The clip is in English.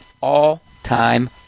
all-time